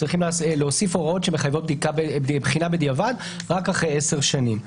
צריכים להוסיף הוראות שמחייבות בחינה בדיעבד רק אחרי עשר שנים,